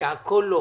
שהכול לא,